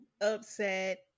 upset